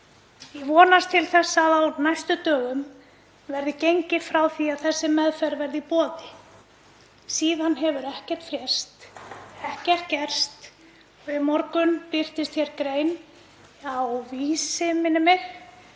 „Ég vonast til þess að á næstu dögum verði gengið frá því að þessi meðferð verði í boði.“ Síðan hefur ekkert frést, ekkert gerst. Í morgun birtist grein á Vísi, minnir mig,